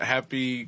Happy